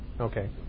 Okay